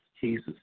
Jesus